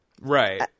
Right